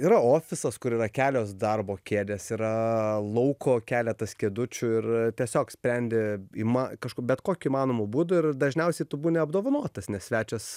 yra ofisas kur yra kelios darbo kėdės yra lauko keletas kėdučių ir tiesiog sprendi įma kažko bet kokiu įmanomu būdu ir dažniausiai tu būni apdovanotas nes svečias